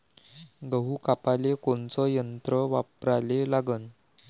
गहू कापाले कोनचं यंत्र वापराले लागन?